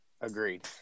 Agreed